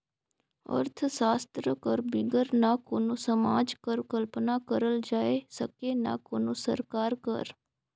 अर्थसास्त्र कर बिगर ना कोनो समाज कर कल्पना करल जाए सके ना कोनो सरकार कर